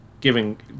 giving